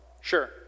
Sure